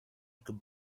could